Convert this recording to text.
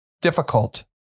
difficult